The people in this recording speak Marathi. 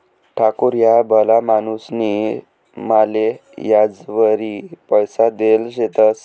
ठाकूर ह्या भला माणूसनी माले याजवरी पैसा देल शेतंस